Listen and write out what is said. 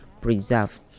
preserve